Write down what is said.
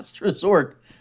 Resort